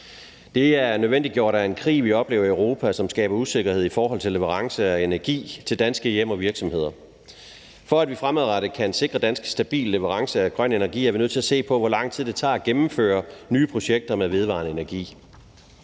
Det er nødvendiggjort af den krig, vi oplever i Europa, og som skaber usikkerhed i forhold til leverancen af energi til danske hjem og virksomheder. For at vi fremadrettet kan sikre danskerne en stabil leverance af grøn energi, er vi nødt til se på, hvor lang tid det tager at gennemføre nye projekter med vedvarende energi.